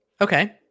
Okay